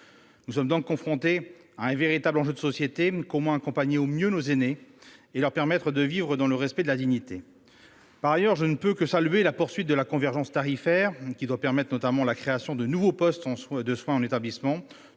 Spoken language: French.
Nous sommes donc confrontés à un véritable enjeu de société : comment accompagner au mieux nos aînés et leur permettre de vivre dans le respect et la dignité ? Par ailleurs, je ne peux que saluer la poursuite de la convergence tarifaire qui doit notamment permettre la création de nouveaux postes de soins en établissement,